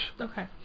Okay